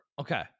Okay